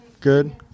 Good